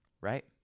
Right